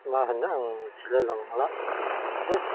मा होनो आं मिथिलायलांला बेखौबो